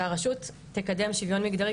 שהרשות תקדם שוויון מגדרי.